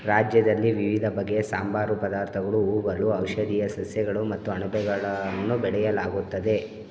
ರಾಜ್ಯದಲ್ಲಿ ವಿವಿಧ ಬಗೆಯ ಸಾಂಬಾರು ಪದಾರ್ಥಗಳು ಹೂಗಳು ಔಷಧೀಯ ಸಸ್ಯಗಳು ಮತ್ತು ಅಣಬೆಗಳನ್ನು ಬೆಳೆಯಲಾಗುತ್ತದೆ